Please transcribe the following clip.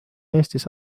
eestis